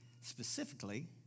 Specifically